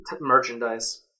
merchandise